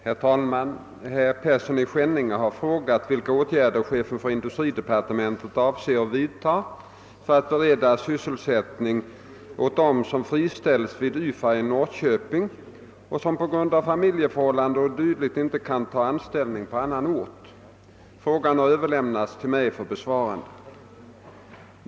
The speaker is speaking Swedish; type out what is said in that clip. Herr talman! Herr Persson i Skänninge har frågat vilka åtgärder chefen för industridepartementet avser att vidta för att bereda sysselsättning åt dem som friställs vid YFA i Norrköping och som på grund av familjeförhållanden och dylikt inte kan ta anställning på annan ort. Frågan har överlämnats till mig för besvarande.